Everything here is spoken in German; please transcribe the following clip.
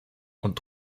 und